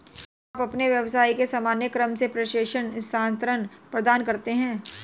क्या आप अपने व्यवसाय के सामान्य क्रम में प्रेषण स्थानान्तरण प्रदान करते हैं?